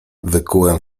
wykułem